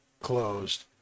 closed